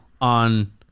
on